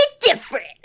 different